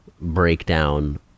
breakdown